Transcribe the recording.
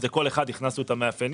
אז לכל אחד הכנסנו את המאפיינים.